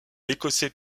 écossais